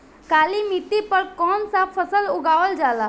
काली मिट्टी पर कौन सा फ़सल उगावल जाला?